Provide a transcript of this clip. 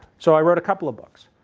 so i wrote a couple of books.